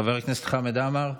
חבר הכנסת חמד עמאר,